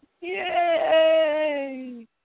Yay